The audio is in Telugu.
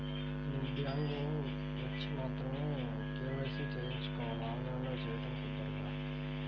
నేను బ్యాంక్ వచ్చి మాత్రమే కే.వై.సి చేయించుకోవాలా? ఆన్లైన్లో చేయటం కుదరదా?